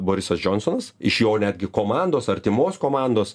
borisas džionsonas iš jo netgi komandos artimos komandos